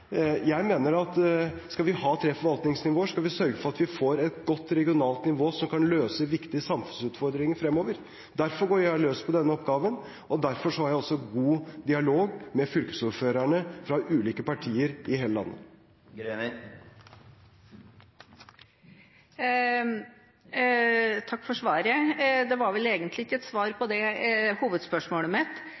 Jeg mener at skal vi ha tre forvaltningsnivåer, må vi sørge for at vi får et godt og regionalt nivå som kan løse viktige samfunnsutfordringer fremover. Derfor går jeg løs på denne oppgaven, og derfor har jeg også god dialog med fylkesordførerne fra ulike partier i hele landet. Takk for svaret – det var vel egentlig ikke et svar på hovedspørsmålet mitt.